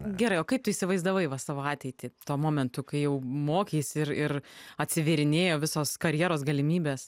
gerai o kaip tu įsivaizdavai savo ateitį tuo momentu kai jau mokys ir ir atsivėrinėjo visos karjeros galimybės